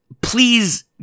please